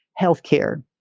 Healthcare